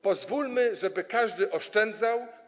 Pozwólmy, żeby każdy oszczędzał.